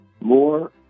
more